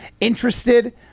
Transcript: interested